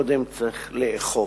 קודם צריך לאכוף.